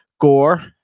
Gore